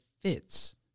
fits